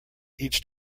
each